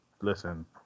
listen